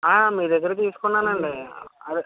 మీ దగ్గర తీసుకున్నానండి అదే